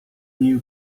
new